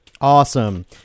Awesome